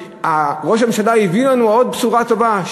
שראש הממשלה הביא לנו עוד בשורה טובה,